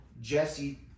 Jesse